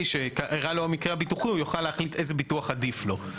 שאירע לו המקרה הביטוחי הוא יוכל להחליט איזה ביטוח עדיף לו.